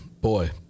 Boy